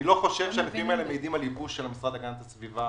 אני לא חושב שהנתונים האלה מעידים על ייבוש של המשרד להגנת הסביבה